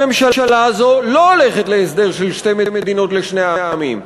הממשלה הזאת לא הולכת להסדר של שתי מדינות לשני עמים.